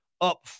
up